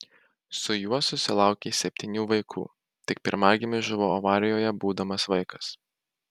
su juo susilaukė septynių vaikų tik pirmagimis žuvo avarijoje būdamas vaikas